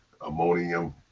ammonium